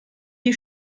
die